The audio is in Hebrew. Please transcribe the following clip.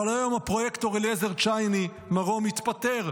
אבל היום הפרויקטור אליעזר צ'ייני מרום התפטר,